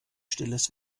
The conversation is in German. stilles